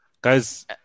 Guys